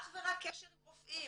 אך ורק קשר עם רופאים,